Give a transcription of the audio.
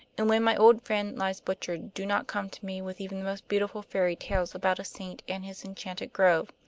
and when my old friend lies butchered do not come to me with even the most beautiful fairy tales about a saint and his enchanted grove.